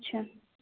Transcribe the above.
ଆଛା